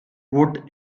wood